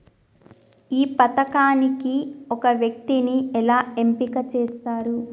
ఈ పథకానికి ఒక వ్యక్తిని ఎలా ఎంపిక చేస్తారు?